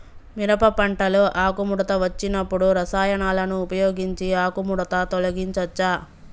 మిరప పంటలో ఆకుముడత వచ్చినప్పుడు రసాయనాలను ఉపయోగించి ఆకుముడత తొలగించచ్చా?